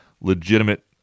legitimate